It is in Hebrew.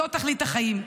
זו תכלית החיים.